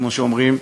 כמו שאומרים,